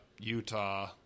Utah